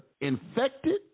infected